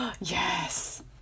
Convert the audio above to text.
yes